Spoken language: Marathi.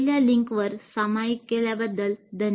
com वर सामायिक केल्याबद्दल धन्यवाद